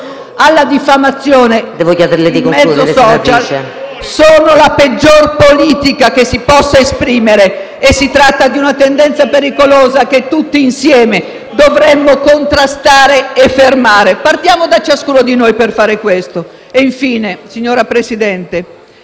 alla diffamazione a mezzo *social* è la peggior politica che si possa esprimere. Si tratta di una tendenza pericolosa, che tutti insieme dovremmo contrastare e fermare. Partiamo da ciascuno di noi per farlo. Infine, signor Presidente,